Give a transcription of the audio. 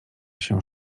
się